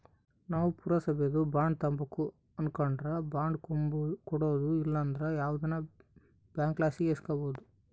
ನಾವು ಪುರಸಬೇದು ಬಾಂಡ್ ತಾಂಬಕು ಅನಕಂಡ್ರ ಬಾಂಡ್ ಕೊಡೋರು ಇಲ್ಲಂದ್ರ ಯಾವ್ದನ ಬ್ಯಾಂಕ್ಲಾಸಿ ಇಸ್ಕಬೋದು